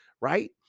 right